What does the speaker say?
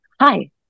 hi